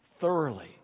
thoroughly